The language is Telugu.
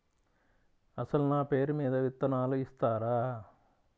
అసలు నా పేరు మీద విత్తనాలు ఇస్తారా?